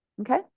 okay